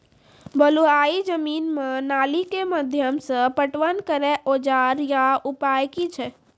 बलूआही जमीन मे नाली के माध्यम से पटवन करै औजार या उपाय की छै?